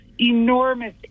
enormous